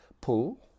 pull